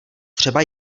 třeba